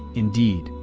indeed,